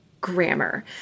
grammar